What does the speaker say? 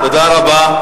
תודה רבה.